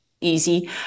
easy